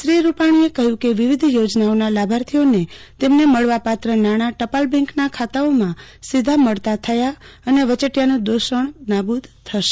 શ્રી રૂપાણીએ કહ્યું કે વિવિધ યોજનાઓના લાભાર્થીઓને તેમને મળવાપાત્ર નાણાં ટપાલે બેંકના ખાતાઓમાં સીધા મળતા થતા વચેટીયાનું દૂષણ નાબૂદ થશે